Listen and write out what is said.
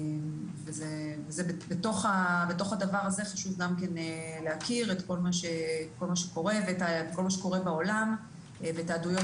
בתוך הדבר הזה חשוב להכיר את כל מה שקורה בעולם ואת העדויות